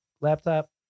laptop